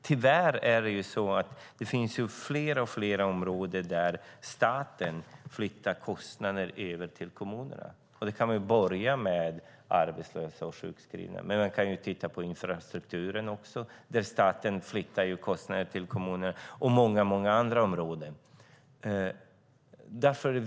Tyvärr flyttar staten över kostnader till kommunerna på fler och fler områden. Vi kan börja med arbetslösa och sjukskrivna, men det gäller även infrastrukturen och många andra områden.